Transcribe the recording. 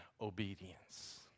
obedience